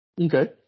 Okay